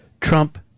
Trump